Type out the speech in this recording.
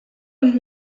und